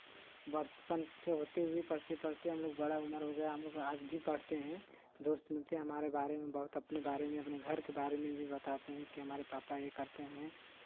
बचपन से होते हुए पढ़ते पढ़ते हमलोग बड़ा उम्र हो गया हमलोग आज भी पढ़ते हैं दोस्त मिलते हैं हमारे बारे में बहुत अपने बारे में अपने घर के बारे में भी बताते हैं कि हमारे पापा ये करते हैं